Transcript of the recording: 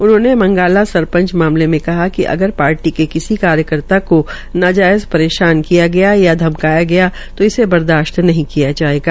उन्होंने मंगाला सरपंच मामले में कहा कि अगर पार्टी के किसी कार्यकर्ता को नाजायज़ परेशान किया या धमकाया गया तो इसे बर्दाशत नहीं किया जायेगा